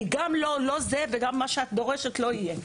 כי גם זה לא יהיה ומה שאת דורשת לא יהיה.